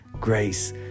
grace